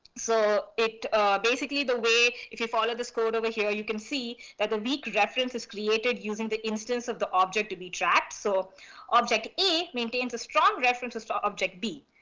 so it basically the way if you follow this code over here, you can see that a weak reference is created using the instance of the object to be trapped. so object e maintains a strong references to object b,